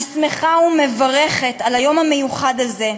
אני שמחה ומברכת על היום המיוחד הזה,